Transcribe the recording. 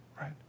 right